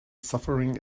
suffering